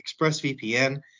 ExpressVPN